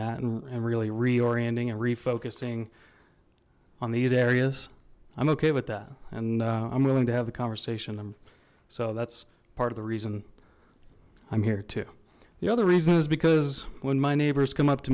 that and really re orienting and refocusing on these areas i'm okay with that and i'm willing to have the conversation and so that's part of the reason i'm here too the other reason is because when my neighbors come up to